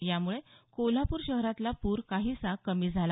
यामुळे कोल्हापूर शहरातला पूर काहीसा कमी झाला